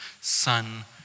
Son